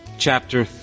chapter